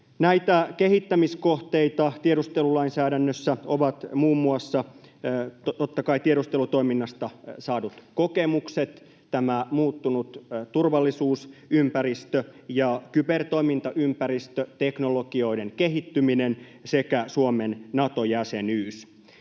Näitä kehittämiskohteita tiedustelulainsäädännössä ovat muun muassa, totta kai, tiedustelutoiminnasta saadut kokemukset, tämä muuttunut turvallisuusympäristö ja kybertoimintaympäristö, teknologioiden kehittyminen sekä Suomen Nato-jäsenyys.